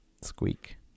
Squeak